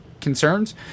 concerns